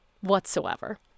whatsoever